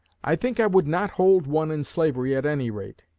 i think i would not hold one in slavery at any rate